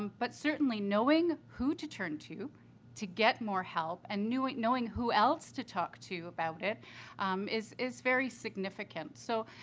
but certainly knowing who to turn to to get more help and knowing knowing who else to talk to about it is is very significant. so,